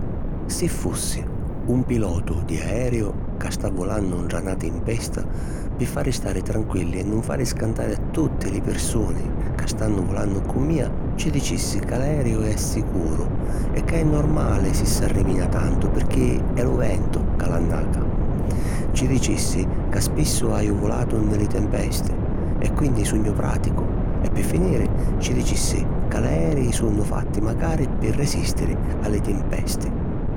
Si fussi un pilotu di aeriu ca sta vulannu ntra na timpesta, pi fari stari tranquilli e nun fari scantari a tutti li pirsuni ca stannu vulannu cu mia, ci dicissi ca l’aeriu è sicuru e ca è normali si s'arrimina tantu, pirchì è lu ventu ca l’annaca. Ci dicissi ca spissu haju vulatu nni li timpesti e quinni sugnu pràticu e pi finiri ci dicissi ca l’aeri sunnu fatti macari pi resìstiri a li timpesti.